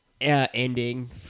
ending